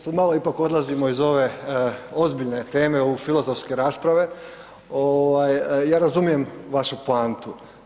Sad malo ipak odlazimo iz ove ozbiljne teme u filozofske rasprave ovaj ja razumijem vašu poantu.